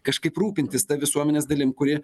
kažkaip rūpintis ta visuomenės dalim kuri